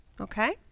okay